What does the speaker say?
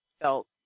felt